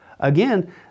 Again